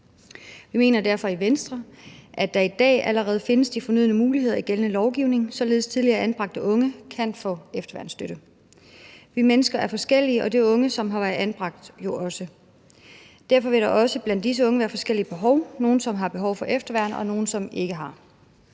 Vi mener derfor i Venstre, at der i dag allerede findes de fornødne muligheder i gældende lovgivning, således at tidligere anbragte unge kan få efterværnsstøtte. Vi mennesker er forskellige, og det er unge, som har været anbragt, jo også. Derfor vil der også blandt disse unge være forskellige behov. Der er nogle, som har behov for efterværn, og nogle, som ikke har.